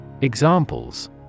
Examples